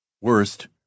Worst